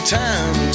time